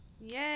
Yay